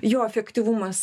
jo efektyvumas